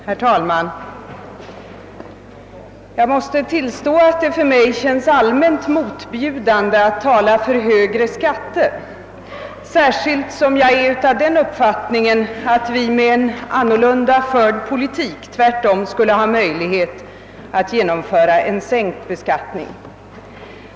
Herr talman! Jag måste tillstå att det för mig känns allmänt motbjudande att tala för högre skatter, särskilt som jag är av den uppfattningen att vi med en annorlunda förd politik tvärtom skulle ha möjlighet att genomföra en sänkt beskattning.